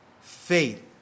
Faith